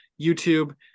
youtube